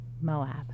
Moab